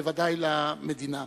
בוודאי למדינה.